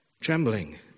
Trembling